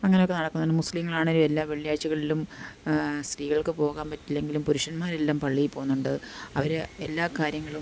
അങ്ങനെയൊക്കെ നടക്കുന്നുണ്ട് മുസ്ലീങ്ങളാണേലും എല്ലാ വെള്ളിയാഴ്ചകളിലും സ്ത്രീകൾക്ക് പോകാന് പറ്റില്ലെങ്കിലും പുരുഷന്മാരെല്ലാം പള്ളിയില് പോകുന്നുണ്ട് അവര് എല്ലാ കാര്യങ്ങളും